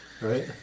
Right